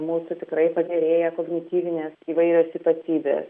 mūsų tikrai pagerėja kognityvinės įvairios ypatybės